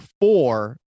four